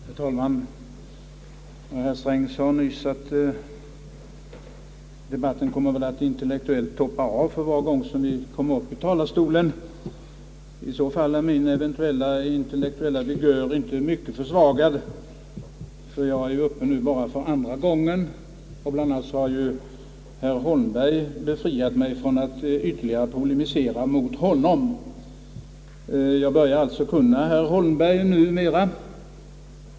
Herr talman! Herr Sträng sade nyss att debatten väl kommer att intellektuellt trappa av för varje gång som vi kommer upp i talarstolen. I så fall är min eventuella intellektuella vigör inte så mycket försvagad, eftersom jag nu bara är uppe för andra gången, och dessutom har ju herr Holmberg befriat mig från att ytterligare polemisera mot honom. Jag börjar kunna herr Holmberg numera.